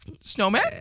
Snowman